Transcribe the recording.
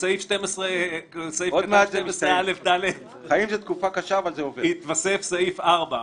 "בסעיף קטן 12א(1)(ד), תתווסף פסקה (4):